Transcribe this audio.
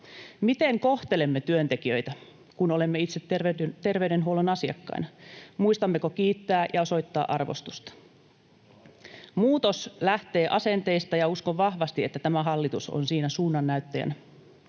miten kohtelemme työntekijöitä, kun olemme itse terveydenhuollon asiakkaina, muistammeko kiittää ja osoittaa arvostusta. Muutos lähtee asenteista, ja uskon vahvasti, että tämä hallitus on siinä suunnannäyttäjänä.